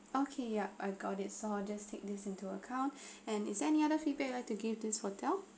okay yup I got it so just take this into account and is there any other feedback like to give this hotel